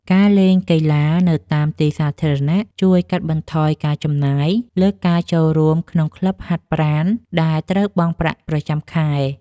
ការលេងកីឡានៅតាមទីសាធារណៈជួយកាត់បន្ថយការចំណាយលើការចូលរួមក្នុងក្លឹបហាត់ប្រាណដែលត្រូវបង់ប្រាក់ប្រចាំខែ។